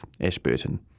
Ashburton